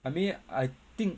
I mean I think